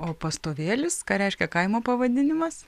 o pastovėlis ką reiškia kaimo pavadinimas